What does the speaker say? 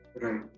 Right